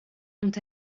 ont